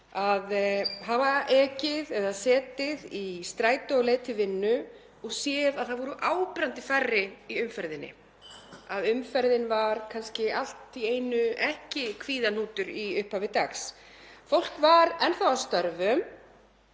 að hafa ekið eða setið í strætó á leið til vinnu og séð að það voru áberandi færri í umferðinni, að umferðin var kannski allt í einu ekki kvíðahnútur í upphafi dags. Fólk var enn þá að störfum